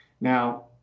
Now